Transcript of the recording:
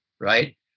right